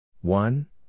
one